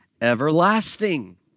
everlasting